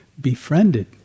befriended